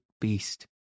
beast